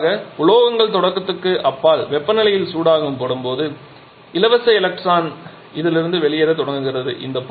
பொதுவாக உலோகங்கள் தொடக்கத்துக்கு அப்பால் வெப்பநிலையில் சூடாகும்போது இலவச எலக்ட்ரான் அதிலிருந்து வெளியேற தொடங்குகிறது